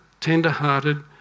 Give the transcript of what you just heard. tender-hearted